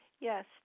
Yes